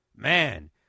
Man